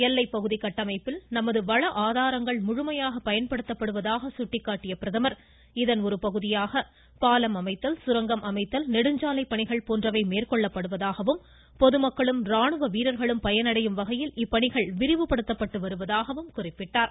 எல்லைப்பகுதி கட்டமைப்பில் நமது வள பயன்படுத்தப்படுவதாக சுட்டிக்காட்டிய பிரதமா் இதன் ஒருபகுதியாக பாலம் அமைத்தல் சுரங்கம் அமைத்தல் நெடுஞ்சாலை பணிகள் போன்றவை மேற்கொள்ளப்படுவதாகவும் பொதுமக்களும் ராணுவ வீரர்களும் பயனடையும் வகையில் இப்பணிகள் விரிவுபடுத்தப்படுவதாகவும் குறிப்பிட்டார்